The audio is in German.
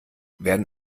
werden